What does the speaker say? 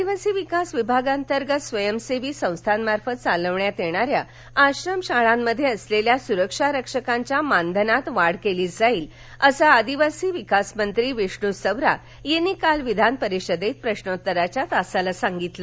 आदिवासी विकास विभागातर्गत स्वयसेवी संस्थामार्फत चालविण्यात येणाऱ्या आश्रमशाळेमध्ये असलेल्या सुरक्षा रक्षकांच्या मानधनात वाढ करण्यात येईल असे आदिवासी विकासमंत्री विष्णू सवरा यांनी काल विधान परिषदेत प्रश्नोत्तराच्या तासाला सांगितलं